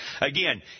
Again